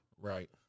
Right